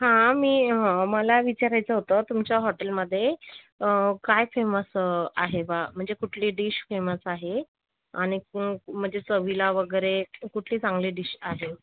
हा मी मला विचारायचं होतं तुमच्या हॉटेलमध्ये काय फेमस आहे बा म्हणजे कुठली डिश फेमस आहे आणि म्हणजे चवीला वगैरे कुठली चांगली डिश आहे